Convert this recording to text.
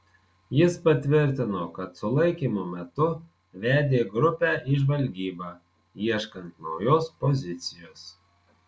jis patvirtino kad sulaikymo metu vedė grupę į žvalgybą ieškant naujos pozicijos